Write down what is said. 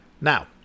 Now